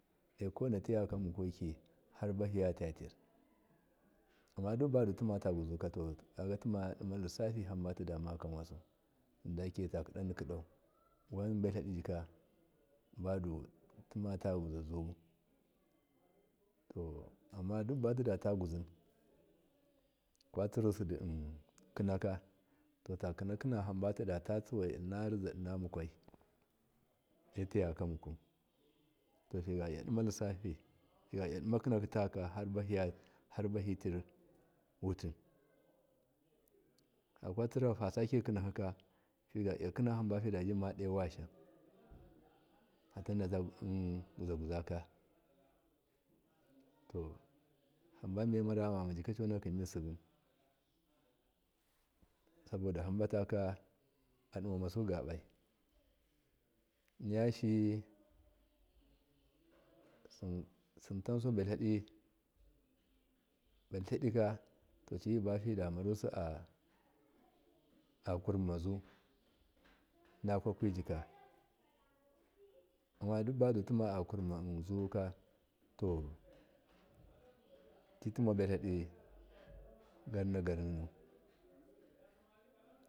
Dokowai teyaka mukwaiki har bahiyatatir amma dubatuna gwuzuka kagatumaduma tissafi hamba tidamakamwasu doketaki gyadigyadau wanba tladijika dutimata gwaza zuwu to amna dubatidata gwazu kwasirusi dikinu totakinakina hamba tidata wai raza inna mukwai etiyakamuku to tigaiyadima lissafi tigulya dima kinaki tukaka buya harbahi tir wuti fukwatsirahu fasakekinakika pagalyakina hamba fadema dewa shasham fatansudata gwuzagwuzaka to hambuniye mara yamama conak saboda hamba takwadi mamasugaba niyashi simtasubatladika tijiba fadarasi a kurimazu kwakwijika ammadu tima a kurimazuka to titimabatlodu garnagarni.